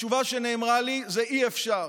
התשובה שנאמרה לי: אי-אפשר.